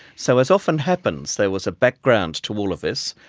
so, as often happens, there was a background to all of this,